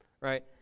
right